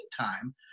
time